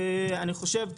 אני חושב,